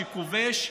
שכובש,